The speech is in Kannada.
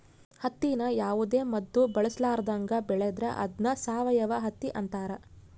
ಹತ್ತಿನ ಯಾವುದೇ ಮದ್ದು ಬಳಸರ್ಲಾದಂಗ ಬೆಳೆದ್ರ ಅದ್ನ ಸಾವಯವ ಹತ್ತಿ ಅಂತಾರ